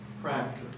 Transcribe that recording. practice